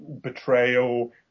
betrayal